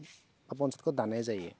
एबा पन्सायतखौ दानाय जायो